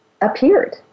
appeared